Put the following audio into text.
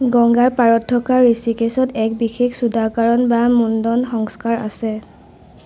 গংগাৰ পাৰত থকা ঋষিকেশত এক বিশেষ চুদাকাৰন বা মুণ্ডন সংস্কাৰ আছে